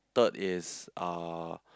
third is uh